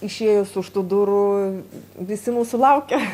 išėjus už tų durų visi mūsų laukia